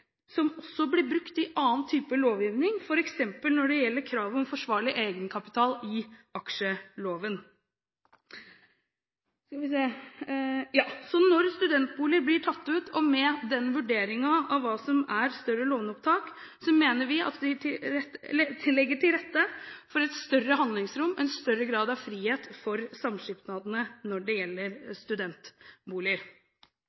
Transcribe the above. som også blir brukt i annen type långivning, f.eks. når det gjelder krav om forsvarlig egenkapital i aksjeloven. Når studentboliger blir tatt ut med en vurdering av hva som er større låneopptak, mener vi at vi legger til rette for et større handlingsrom, en større grad av frihet for samskipnadene, når det